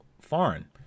foreign